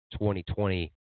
2020